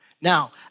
Now